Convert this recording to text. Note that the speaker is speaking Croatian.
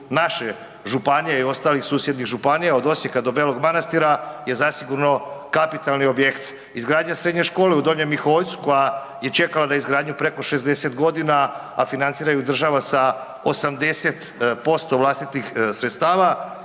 naše županije i ostalih susjednih županija, od Osijeka do Belog Manastira je zasigurno kapitalni objekt izgradnja srednje škole u Donjem Miholjcu koja je čekala na izgradnju preko 60 g. a financira ju država sa 80% vlastitih sredstava,